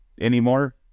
anymore